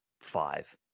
five